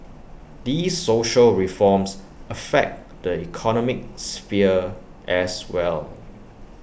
these social reforms affect the economic sphere as well